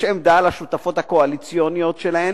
יש עמדה לשותפות הקואליציוניות שלהם,